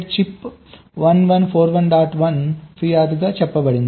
1 ఫిర్యాదు గా చెప్పబడింది